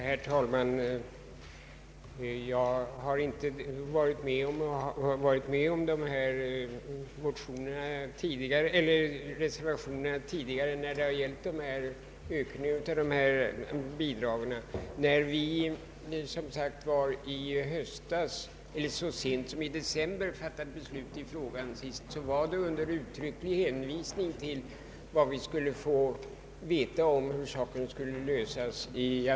Herr talman! Jag har inte tidigare varit med på någon reservation som yrkat på ökning av denna bidragsram. När riksdagen så sent som i december fattade beslut i frågan sist gjorde vi det emellertid under uttrycklig hänvisning till att vi i januari skulle få veta hur problemet skulle lösas.